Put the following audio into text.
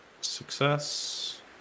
Success